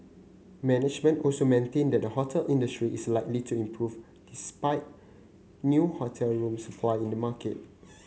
management also maintained that the hotel industry is likely to improve despite new hotel room supply in the market